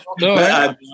No